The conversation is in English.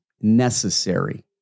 necessary